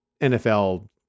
NFL